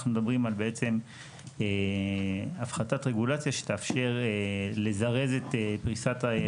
אנחנו מדברים על בעצם הפחתת רגולציה שתאפשר לזרז את פריסת,